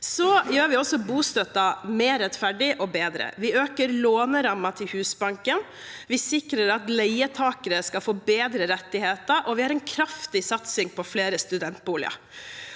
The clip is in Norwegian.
Vi gjør også bostøtten mer rettferdig og bedre. Vi øker lånerammen til Husbanken. Vi sikrer at leietakere skal få bedre rettigheter, og vi har en kraftig satsing på flere studentboliger.